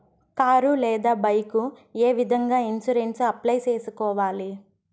car లేదా bike ఏ విధంగా ఇన్సూరెన్సు అప్లై సేసుకోవాలి